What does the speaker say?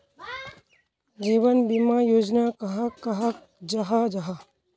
जीवन बीमा योजना कहाक कहाल जाहा जाहा?